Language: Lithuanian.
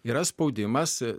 yra spaudimas